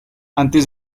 antes